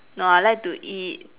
no I like to eat